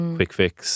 Quick-fix